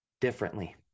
differently